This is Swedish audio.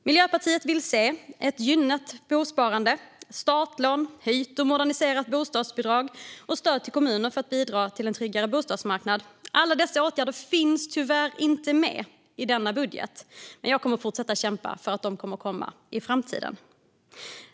Miljöpartiet vill se ett gynnat bosparande, startlån, höjt och moderniserat bostadsbidrag och stöd till kommuner för att bidra till en tryggare bostadsmarknad. Alla dessa åtgärder finns tyvärr inte med i denna budget, men jag kommer att fortsätta kämpa för att de ska komma i framtiden.